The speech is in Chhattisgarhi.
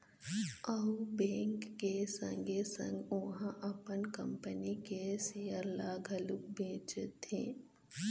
अउ बेंक के संगे संग ओहा अपन कंपनी के सेयर ल घलोक बेचथे